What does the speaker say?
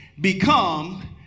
Become